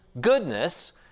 goodness